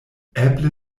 eble